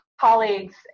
colleagues